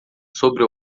sobre